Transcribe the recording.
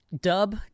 dub